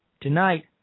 tonight